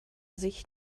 sich